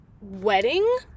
wedding